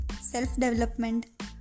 self-development